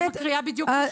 אני מקריאה בדיוק מה שנכתב,